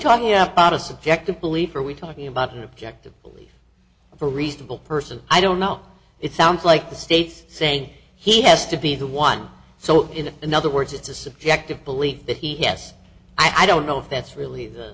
talking about a subjective belief are we talking about an objective for reasonable person i don't know it sounds like the state's saying he has to be the one so in another words it's a subjective belief that he has i don't know if that's really